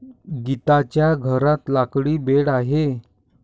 गीताच्या घरात लाकडी बेड आहे